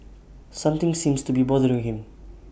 something seems to be bothering him